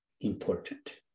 important